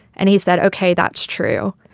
and he said ok. that's true.